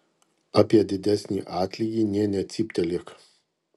apie didesnį atlygį nė necyptelėk